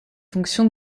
fonction